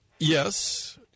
Yes